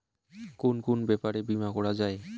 কুন কুন ব্যাপারে বীমা করা যায়?